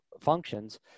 functions